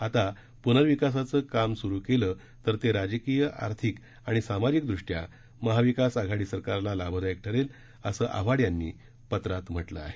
आता पुनर्विकासाचं काम सुरु केल्यास ते राजकीय आर्थिक आणि सामाजिक दृष्ट्या महाविकास आघाडी सरकारला लाभदायक ठरेल असं आव्हाड यांनी पत्रात म्हटलं आहे